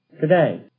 Today